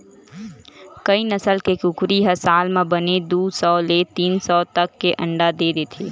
कइ नसल के कुकरी ह साल म बने दू सौ ले तीन सौ तक के अंडा दे देथे